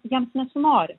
jiems nesinori